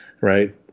right